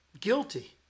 guilty